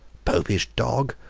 popish dog,